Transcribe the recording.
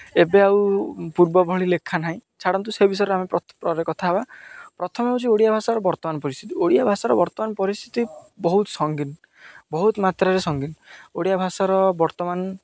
ଏବେ ଆଉ ପୂର୍ବ ଭଳି ଲେଖା ନାହିଁ ଛାଡ଼ନ୍ତୁ ସେ ବିଷୟରେ ଆମେ ପରେ କଥା ହେବା ପ୍ରଥମେ ହେଉଛି ଓଡ଼ିଆ ଭାଷାର ବର୍ତ୍ତମାନ ପରିସ୍ଥିତି ଓଡ଼ିଆ ଭାଷାର ବର୍ତ୍ତମାନ ପରିସ୍ଥିତି ବହୁତ ସଙ୍ଗୀନ ବହୁତ ମାତ୍ରାରେ ସଙ୍ଗୀନ ଓଡ଼ିଆ ଭାଷାର ବର୍ତ୍ତମାନ